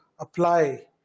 apply